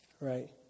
right